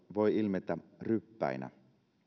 voi ilmetä ryppäinä